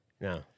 No